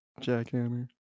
jackhammer